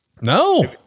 No